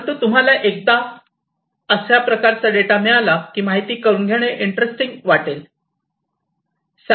परंतु तुम्हाला एकदा चा अशा प्रकारचा डेटा मिळाला की माहिती करून घेणे इंटरेस्टिंग वाटेल